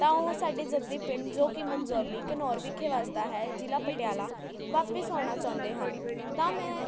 ਤਾਂ ਉਹ ਸਾਡੇ ਜੱਦੀ ਪਿੰਡ ਜੋ ਕਿ ਮੰਜੌਲੀ ਘਨੌਰ ਵਿਖੇ ਵੱਸਦਾ ਹੈ ਜ਼ਿਲ੍ਹਾ ਪਟਿਆਲਾ ਵਾਪਿਸ ਆਉਣਾ ਚਾਹੁੰਦੇ ਹਨ ਤਾਂ ਮੈਂ